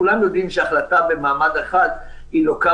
כולם יודעים שהחלטה במעמד צד אחד היא לוקה